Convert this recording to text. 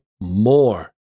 more